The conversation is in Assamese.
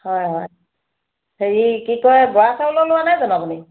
হয় হয় হেৰি কি কয় বৰা চাউলৰ লোৱা নাই জানো আপুনি